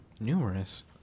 numerous